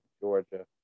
Georgia